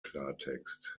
klartext